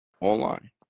online